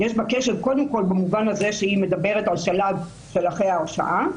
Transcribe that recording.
יש בה כשל קודם כול במובן הזה שהיא מדברת על שלב של אחרי ההרשעה,